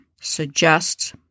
suggests